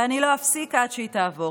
ואני לא אפסיק עד שהיא תעבור.